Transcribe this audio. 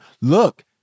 look